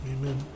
Amen